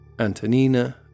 Antonina